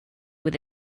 with